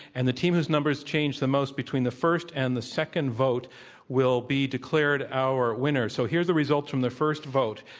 and the team whose numbers changed the most between the first and the second vote will be declared our winner. so, here's the results from the first vote,